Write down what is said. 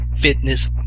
fitness